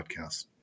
podcast